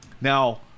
Now